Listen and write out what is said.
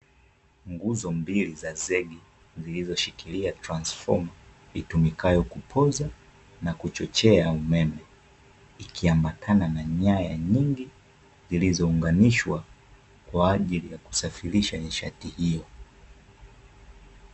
Nguzo mbili za zege zilizoshikilia transifoma itumikayo kupooza na kuchochea umeme, ikiambatana na nyaya nyingi zilizounganishwa kwa ajili ya kusafirisha nishati hiyo.